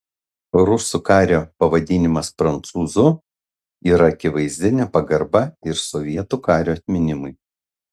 rusų kario pavadinimas prancūzu yra akivaizdi nepagarba ir sovietų kario atminimui